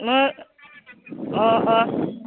अ अ